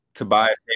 Tobias